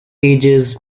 ages